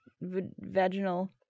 vaginal